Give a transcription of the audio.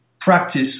practice